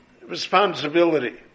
responsibility